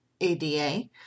ADA